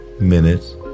minutes